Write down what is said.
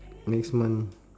next month